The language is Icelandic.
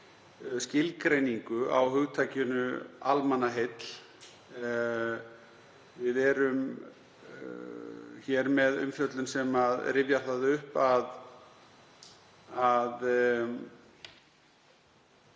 skilgreiningu á hugtakinu almannaheill. Við erum hér með umfjöllun sem rifjar það upp að